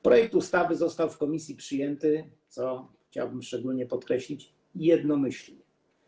Projekt ustawy został w komisji przyjęty, co chciałbym szczególnie podkreślić, jednomyślnie.